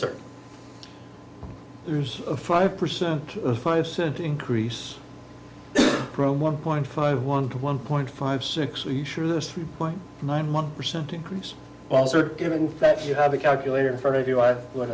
certain there's a five percent five cent increase from one point five one to one point five six we sure this three point nine one percent increase also given that you have a calculator in front of you i would